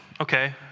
okay